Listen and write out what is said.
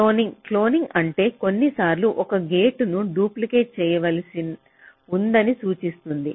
cloning cloning అంటే కొన్నిసార్లు ఒక గేటును డూప్లికేట్ చేయవలసి ఉందని సూచిస్తుంది